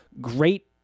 great